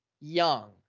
Young